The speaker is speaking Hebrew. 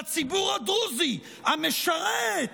לציבור הדרוזי המשרת,